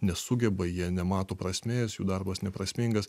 nesugeba jie nemato prasmės jų darbas neprasmingas